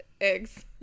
eggs